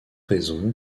raison